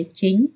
chính